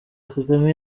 kagame